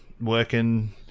working